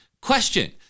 Question